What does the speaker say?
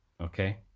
Okay